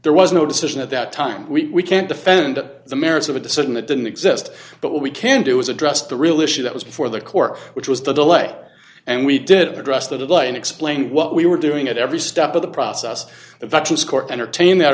there was no decision at that time we can't defend the merits of a decision that didn't exist but what we can do is address the real issue that was before the court which was the delay and we did address that line explain what we were doing at every step of the process